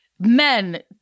Men